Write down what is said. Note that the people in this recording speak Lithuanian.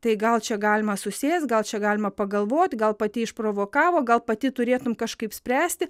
tai gal čia galima susėst gal čia galima pagalvot gal pati išprovokavo gal pati turėtum kažkaip spręsti